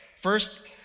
First